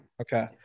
Okay